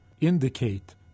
indicate